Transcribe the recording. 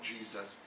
Jesus